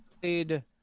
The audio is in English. played